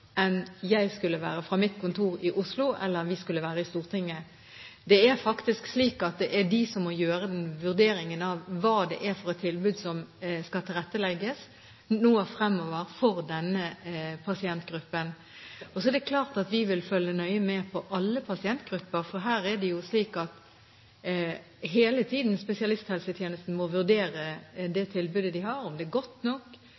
enn jeg skulle være fra mitt kontor i Oslo, eller vi skulle være i Stortinget. Det er faktisk slik at det er de som må gjøre vurderingen av hvilket tilbud det er som nå fremover skal tilrettelegges for denne pasientgruppen. Så er det klart at vi vil følge nøye med på alle pasientgrupper, for her er det jo slik at spesialisttjenesten hele tiden må vurdere det tilbudet de har, om det er godt nok,